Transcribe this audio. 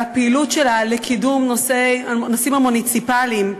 פעילותה לקידום הנושאים המוניציפליים.